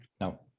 No